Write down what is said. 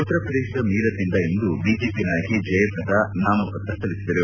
ಉತ್ತರ ಪ್ರದೇಶದ ಮಿರತ್ನಿಂದ ಇಂದು ಬಿಜೆಪಿ ನಾಯಕಿ ಜಯಪ್ರದಾ ನಾಮಪತ್ರ ಸಲ್ಲಿಸಿದರು